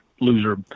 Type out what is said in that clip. loser